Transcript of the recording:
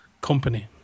Company